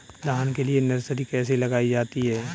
धान के लिए नर्सरी कैसे लगाई जाती है?